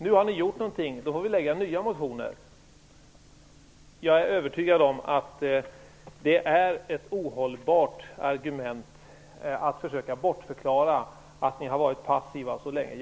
Nu har ni gjort någonting, och då får vi väcka nya motioner. Jag är övertygad om att det är ett ohållbart argument när ni försöker bortförklara att ni har varit passiva så länge.